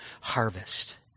harvest